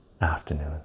afternoon